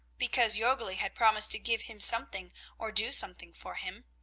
because jorgli had promised to give him something or do something for him.